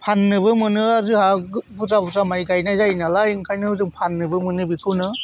फाननोबो मोनो जोंहा बुरजा बुरजा माइ गायनाय जायो नालाय ओंखायनो जों फाननोबो मोनो बेखौनो